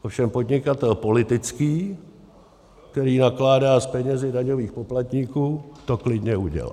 Ovšem podnikatel politický, který nakládá s penězi daňových poplatníků, to klidně udělá.